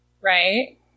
Right